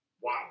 Wow